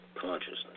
consciousness